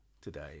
today